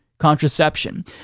contraception